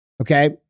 Okay